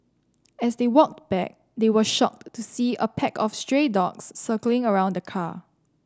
as they walked back they were shocked to see a pack of stray dogs circling around the car